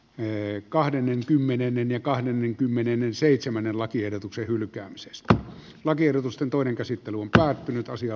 ee kahdenkymmenennen ja kahdenkymmenenseitsemänä lakiehdotuksen hylkäämisestä lakiehdotusten toinen käsittely on hyvään muotoon